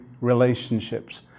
relationships